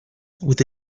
with